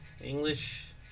English